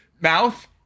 mouth